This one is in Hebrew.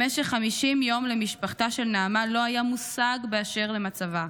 במשך 50 יום למשפחתה של נעמה לא היה מושג באשר למצבה,